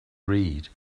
read